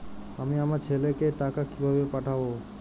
আমি আমার ছেলেকে টাকা কিভাবে পাঠাব?